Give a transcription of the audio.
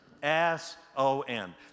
S-O-N